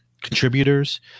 contributors